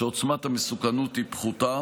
שעוצמת המסוכנות היא פחותה,